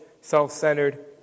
self-centered